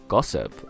Gossip